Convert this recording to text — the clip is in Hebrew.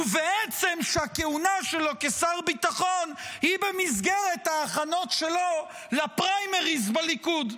ובעצם שהכהונה שלו כשר ביטחון היא במסגרת ההכנות שלו לפריימריז בליכוד.